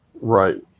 Right